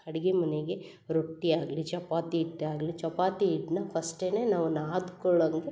ಅಡಿಗೆ ಮನೆಗೆ ರೊಟ್ಟಿ ಆಗಲಿ ಚಪಾತಿ ಹಿಟ್ಟು ಆಗಲಿ ಚಪಾತಿ ಹಿಟ್ನ ಫಸ್ಟೆನೇ ನಾವು ನಾದ್ಕೊಳ್ಳೊಂಗೆ